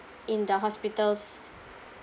in the hospitals